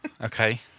Okay